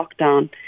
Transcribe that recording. lockdown